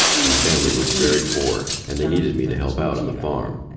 my family was very poor, and they needed me to help out on the farm.